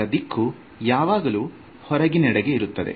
ಇದರ ದಿಕ್ಕು ಯಾವಾಗಲೂ ಹೊರಗಿನೆಡೆಗೆ ಇರುತ್ತದೆ